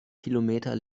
kilometer